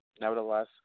Nevertheless